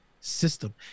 system